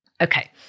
Okay